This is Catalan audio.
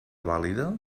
vàlida